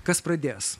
kas pradės